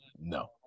No